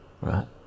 right